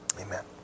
Amen